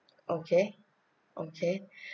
okay okay